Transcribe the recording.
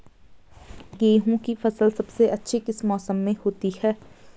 गेहूँ की फसल सबसे अच्छी किस मौसम में होती है